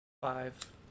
Five